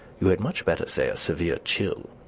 you had much better say a severe chill.